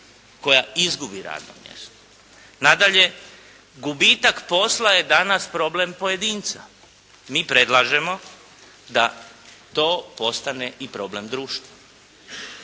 koja izgubi radno mjesto. Nadalje, gubitak posla je danas problem pojedinca. Mi predlažemo da to postane i problem društva.